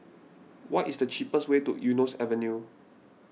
what is the cheapest way to Eunos Avenue